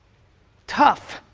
tough.